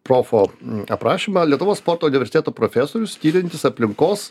profo aprašymą lietuvos sporto universiteto profesorius tiriantis aplinkos